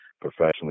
professionally